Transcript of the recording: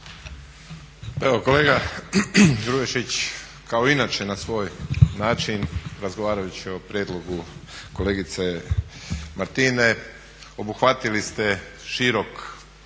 Evo kolega Grubišić, kao inače na svoj način razgovarajući o prijedlogu kolegice Martine, obuhvatili ste širok